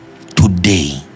Today